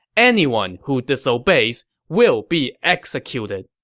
anyone who disobeys will be executed!